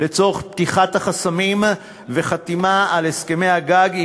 לצורך פתיחת החסמים וחתימה על הסכמי